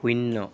শূন্য